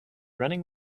running